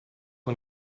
wir